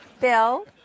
Bill